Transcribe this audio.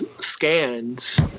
scans